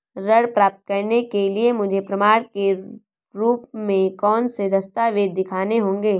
ऋण प्राप्त करने के लिए मुझे प्रमाण के रूप में कौन से दस्तावेज़ दिखाने होंगे?